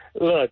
look